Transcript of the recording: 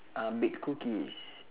uh bake cookies